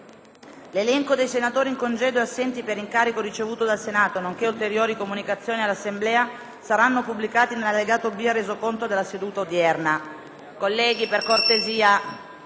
L'elenco dei senatori in congedo e assenti per incarico ricevuto dal Senato, nonché ulteriori comunicazioni all'Assemblea saranno pubblicati nell'allegato B al Resoconto della seduta odierna.